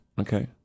Okay